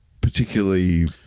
particularly